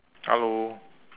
hello